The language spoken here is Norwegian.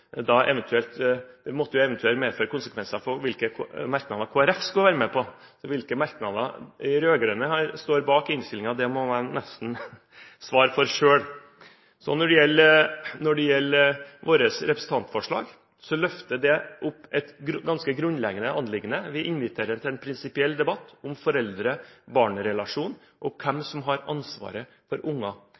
måtte jo eventuelt få konsekvenser for hvilke merknader Kristelig Folkeparti skulle være med på. Så hvilke merknader de rød-grønne her står bak i innstillingen, må de nesten svare for selv. Når det gjelder vårt representantforslag, løfter det opp et ganske grunnleggende anliggende. Vi inviterer til en prinsipiell debatt om foreldre-barn-relasjonen og hvem som har ansvaret for